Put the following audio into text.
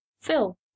Phil